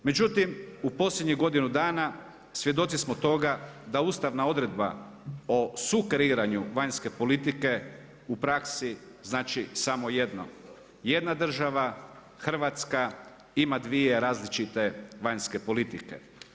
Međutim u posljednjih godinu dana svjedoci smo toga da ustavna odredba o sukreiranju vanjske politike u praksi znači samo jedno, jedna država Hrvatska ima dvije različite vanjske politike.